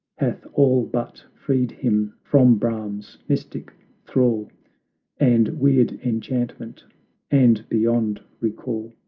hath all but freed him from brahm's mystic thrall and weird enchantment and beyond recall,